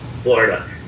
Florida